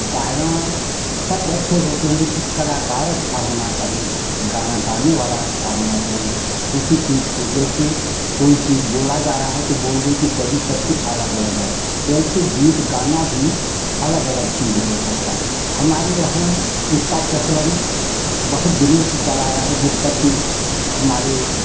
गायन शब्द अच्छे होते हैं लेकिन कलाकार अच्छा होना चाहिए गाना गाने वाला अच्छा होना चाहिए उसी चीज़ को जैसे कोई चीज़ बोला जा रहा है तो बोलने की शैली सबकी अलग अलग है वैसे गीत गाना भी अलग अलग चीज़ है सबका हमारे यहाँ इसका प्रचलन बहुत दिनों से चला आ रहा है जिस पर कि हमारे